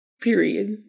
Period